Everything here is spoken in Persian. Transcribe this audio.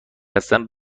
هستند